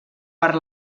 per